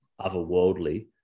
otherworldly